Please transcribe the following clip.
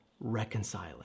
reconciling